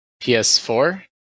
PS4